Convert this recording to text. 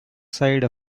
side